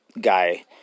guy